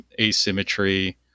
asymmetry